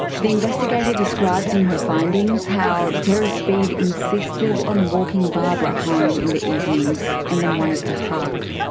the investigator describes in her findings how terry speed insisted on walking barbara home in the evenings and then wanted to hug.